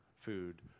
food